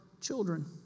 children